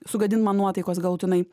sugadint man nuotaikos galutinai